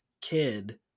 kid